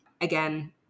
Again